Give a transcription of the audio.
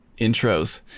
intros